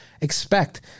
expect